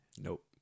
Nope